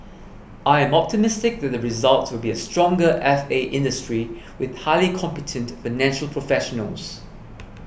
I am optimistic that the results will be a stronger F A industry with highly competent financial professionals